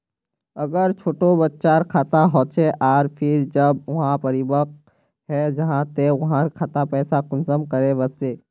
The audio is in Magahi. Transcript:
अगर छोटो बच्चार खाता होचे आर फिर जब वहाँ परिपक है जहा ते वहार खातात पैसा कुंसम करे वस्बे?